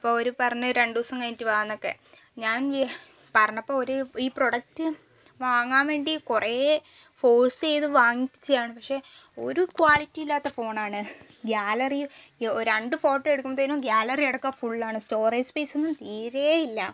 അപ്പോൾ അവർ പറഞ്ഞ് രണ്ടു ദിവസം കഴിഞ്ഞിട്ട് വായെന്നൊക്കെ ഞാൻ പറഞ്ഞപ്പോൾ അവർ ഈ പ്രൊഡക്ട് വാങ്ങാൻ വേണ്ടി കുറെ ഫോഴ്സ് ചെയ്തു വാങ്ങിച്ചതാണ് പക്ഷേ ഒരു ക്വാളിറ്റിയും ഇല്ലാത്ത ഫോണാണ് ഗ്യാലറി രണ്ട് ഫോട്ടോ എടുക്കുമ്പോഴത്തേക്കും ഗാലറി അടക്കം ഫുള്ളാണ് സ്റ്റോറേജ് സ്പെയ്സ് ഒന്നും തീരെയില്ല